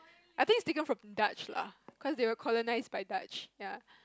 I think is taken from Dutch lah cause they were colonize by Dutch ya